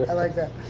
i like that.